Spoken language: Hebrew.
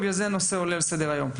בגלל זה הנושא עולה על סדר היום.